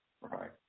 Right